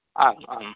आम् आम्